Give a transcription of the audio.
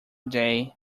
day